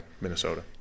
Minnesota